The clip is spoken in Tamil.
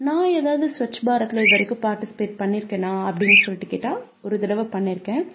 நான் ஏதாவது ஸ்வச் பாரத்தில் இது வரைக்கும் பார்ட்டிசிபேட் பண்ணியிருக்கேன்னா அப்படின்னு சொல்லிவிட்டு கேட்டால் ஒரு தடவை பண்ணியிருக்கேன்